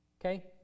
Okay